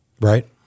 Right